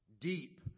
deep